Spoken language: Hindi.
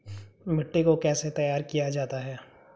मिट्टी को कैसे तैयार किया जाता है?